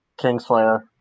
Kingslayer